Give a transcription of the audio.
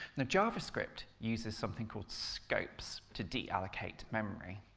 now javascript uses something called scopes to deallocate memory.